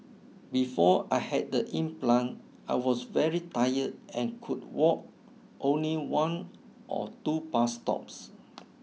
before I had the implant I was very tired and could walk only one or two bus stops